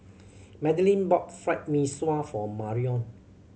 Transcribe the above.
Madalyn bought Fried Mee Sua for Marion